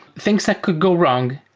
things that could go wrong